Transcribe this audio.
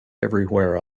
everywhere